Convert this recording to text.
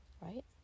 right